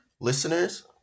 listeners